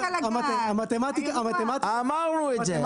המתמטיקה --- אמרנו את זה.